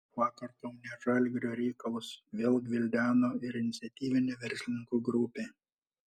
vakar kaune žalgirio reikalus vėl gvildeno ir iniciatyvinė verslininkų grupė